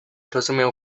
rozumiał